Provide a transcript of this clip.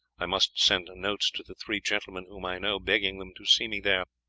i must send notes to the three gentlemen whom i know, begging them to see me there.